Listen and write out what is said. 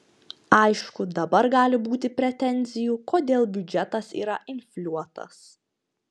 aišku dabar gali būti pretenzijų kodėl biudžetas yra infliuotas